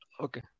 Okay